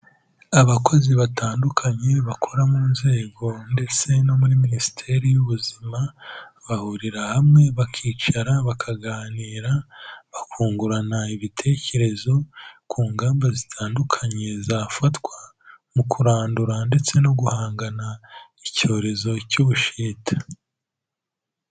Abakozi batandukanye bakora mu nzego ndetse no muri Minisiteri y'Ubuzima, bahurira hamwe bakicara bakaganira, bakungurana ibitekerezo ku ngamba zitandukanye zafatwa mu kurandura ndetse no guhangana n'icyorezo cy'Ubushita.